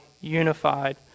unified